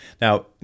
Now